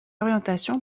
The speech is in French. orientation